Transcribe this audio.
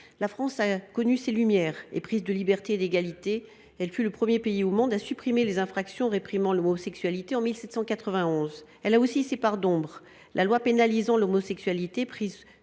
La France a connu ses Lumières. Éprise de liberté et d’égalité, elle fut le premier pays au monde à supprimer les infractions réprimant l’homosexualité, en 1791. Mais elle a aussi ses parts d’ombre. La loi pénalisant l’homosexualité